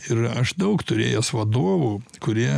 ir aš daug turėjęs vadovų kurie